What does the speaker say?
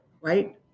right